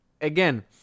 again